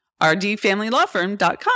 rdfamilylawfirm.com